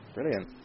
Brilliant